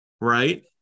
right